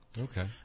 Okay